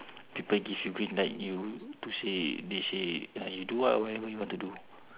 people give you green light you push it they say ya you do what~ whatever you want to do